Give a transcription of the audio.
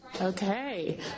Okay